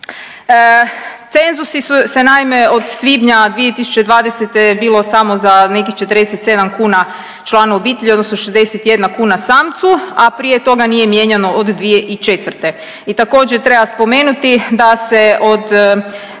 Cenzusi su se naime od svibnja 2020. bilo samo za nekih 47 kuna po članu obitelji odnosno 61 kuna samcu, a prije toga nije mijenjano od 2004.. I također treba spomenuti da se od